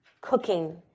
cooking